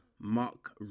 Mark